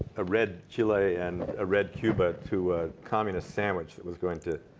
a red chile and red cuba to a communist sandwich that was going to